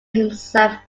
himself